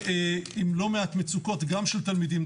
עם לא מעט מצוקות גם של תלמידים,